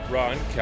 Ron